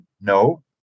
no